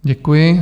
Děkuji.